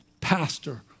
pastor